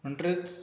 म्हणटेरीच